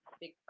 Big